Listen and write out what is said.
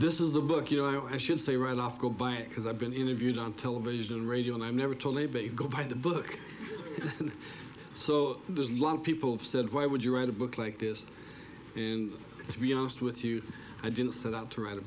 this is the book you know i should say right off go buy it because i've been interviewed on television radio and i've never told anybody go by the book so there's a lot of people have said why would you write a book like this to be honest with you i didn't set out to write a